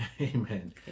Amen